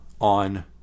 on